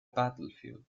battlefield